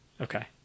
Okay